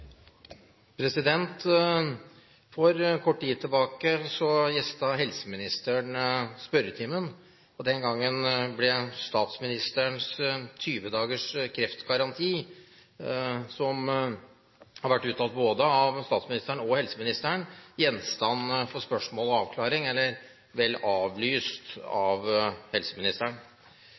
For kort tid tilbake gjestet helseministeren spørretimen, og den gangen ble statsministerens 20 dagers kreftgaranti, som har vært uttalt av både statsministeren og helseministeren, gjenstand for spørsmål og avklaring – eller vel avlyst av helseministeren.